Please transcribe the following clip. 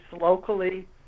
locally